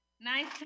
Nice